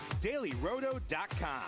DailyRoto.com